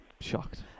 shocked